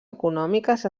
econòmiques